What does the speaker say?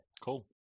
cool